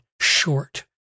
short